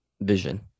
Vision